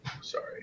sorry